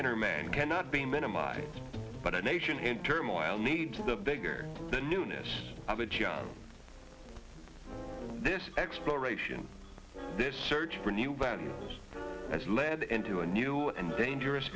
inner man cannot be minimized but a nation hand turmoil need to the bigger the newness of a just this exploration this search for new bands as lead into a new and dangerous